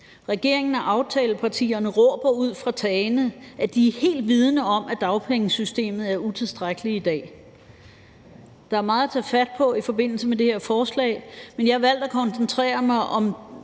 Regeringen og aftalepartierne råber ud fra tagene, at de er helt vidende om, at dagpengesystemet er utilstrækkeligt i dag. Der er meget at tage fat på i forbindelse med det her forslag, men jeg har valgt at koncentrere mig mest